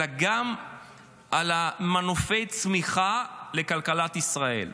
אלא גם על מנופי צמיחה לכלכלת ישראל.